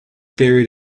buried